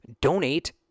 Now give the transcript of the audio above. donate